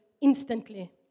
instantly